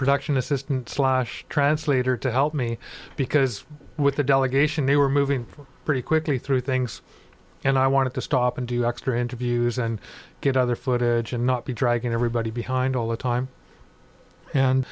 production assistant slash translator to help me because with the delegation they were moving pretty quickly through things and i wanted to stop and do extra interviews and get other footage and not be dragging everybody behind all the time and